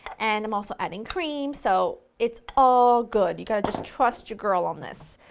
and i'm also adding cream, so it's all good. you gotta just trust your girl on this.